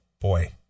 boy